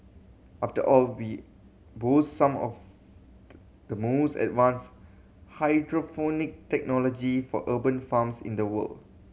after all we boast some of the the most advanced hydroponic technology for urban farms in the world